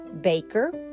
Baker